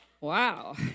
Wow